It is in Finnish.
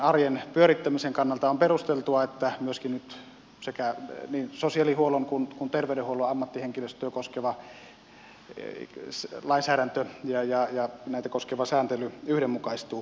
arjen pyörittämisen kannalta on perusteltua että myöskin nyt niin sosiaalihuollon kuin terveydenhuollon ammattihenkilöstöä koskeva lainsäädäntö ja näitä koskeva sääntely yhdenmukaistuu